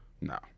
No